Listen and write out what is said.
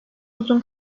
uzun